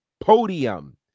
podium